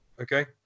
Okay